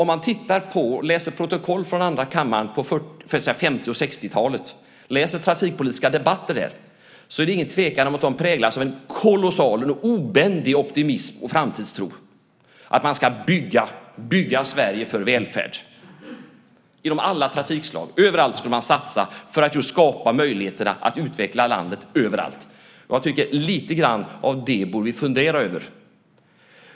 Om man läser protokoll från de trafikpolitiska debatterna i andra kammaren på 50 och 60-talen är det ingen tvekan om att de präglas av en kolossal och obändig optimism och framtidstro om att man ska bygga Sverige för välfärd inom alla trafikslag. Överallt skulle man satsa för att just skapa möjligheter att utveckla landet överallt. Jag tycker att vi borde fundera lite grann över det.